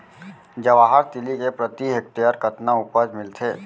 जवाहर तिलि के प्रति हेक्टेयर कतना उपज मिलथे?